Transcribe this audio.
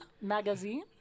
magazine